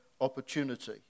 opportunity